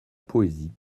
poésie